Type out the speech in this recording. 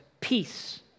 peace